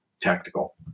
tactical